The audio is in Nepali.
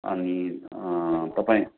अनि तपाईँ